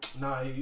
nah